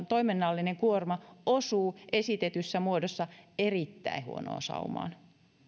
toiminnallinen kuorma osuu esitetyssä muodossa erittäin huonoon saumaan